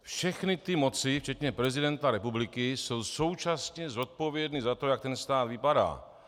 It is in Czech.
Všechny ty moci včetně prezidenta republiky jsou současně zodpovědné za to, jak ten stát vypadá.